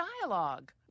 dialogue